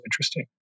interesting